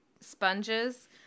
sponges